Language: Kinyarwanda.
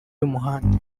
y’umuhanda